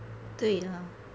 对 ah